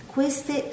Queste